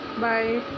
Bye